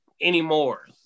anymore